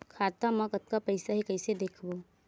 खाता मा कतका पईसा हे कइसे देखबो?